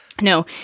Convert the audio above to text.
No